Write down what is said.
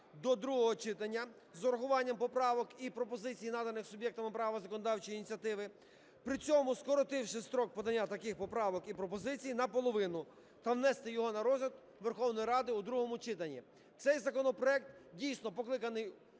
до другого читання з урахуванням поправок і пропозицій, наданих суб'єктами правам законодавчої ініціативи, при цьому скоротивши строк подання таких поправок і пропозицій наполовину та внести його на розгляд Верховної Ради у другому читанні. Цей законопроект дійсно покликаний